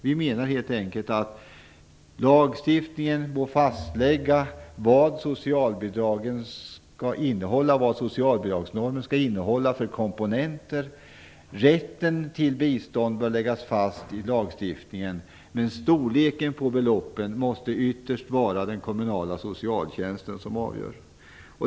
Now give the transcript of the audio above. Vi menar helt enkelt att lagstiftningen får fastlägga vilka komponenter socialbidragsnormen skall innehålla. Rätten till bistånd bör läggas fast i lagstiftningen, men beloppens storlek måste ytterst den kommunala socialtjänsten avgöra.